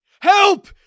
Help